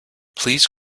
please